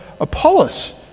Apollos